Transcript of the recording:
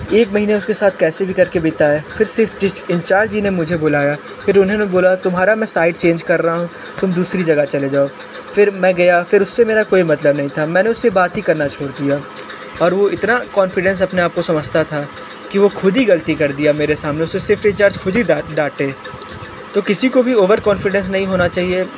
एक महीने उसके साथ कैसे भी करके बिताए फिर सिफ्ट इन्चार्ज ही ने मुझे बुलाया फिर उन्होंने बोला तुम्हारा मैं साइट चेंज कर रहा हूँ तुम दूसरी जगह चले जाओ फिर मैं गया फिर उससे मेरा कोई मतलब नहीं था मैंने उस्से बात ही करना छोड़ दिया और वो इतना कोन्फिडेन्स अपने आप को समझता था की वो खुद ही गलती कर दिया मेरे सामने उसे सिफ्ट इंचार्ज खुद ही डांटे तो किसी को भी ओवर कोन्फिडेन्स नहीं होना चाहिए